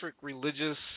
religious